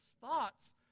thoughts